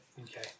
Okay